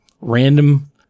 random